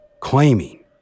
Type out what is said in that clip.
claiming